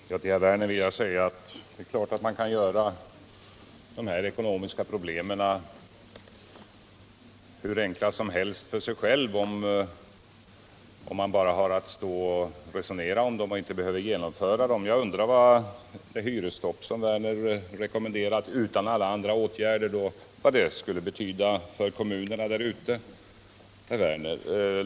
Herr talman! Till Lars Werner vill jag säga att det är klart att man kan göra de ekonomiska problemen hur enkla som helst för sig, om man bara har att stå och resonera om åtgärder men inte behöver genomföra dessa. Jag undrar vad det hyresstopp som Lars Werner rekommenderar — utan alla andra åtgärder — skulle betyda för kommunerna.